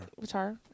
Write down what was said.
Guitar